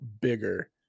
bigger